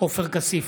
עופר כסיף,